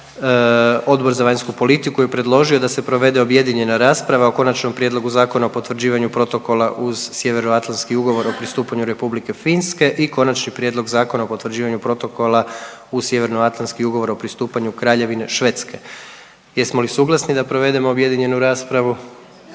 Odbor za vanjsku politiku je predložio da se provede objedinjena rasprava o Konačnom prijedlogu Zakona o potvrđivanju protokola uz Sjeveroatlantski ugovor o pristupanju Republike Finske i Konačni prijedlog Zakona o potvrđivanju protokola uz Sjeveroatlantski ugovor o pristupanju Kraljevine Švedske. Jesmo li suglasni da provedemo objedinjenu raspravu…/Upadica